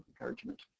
encouragement